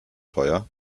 teuer